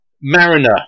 Mariner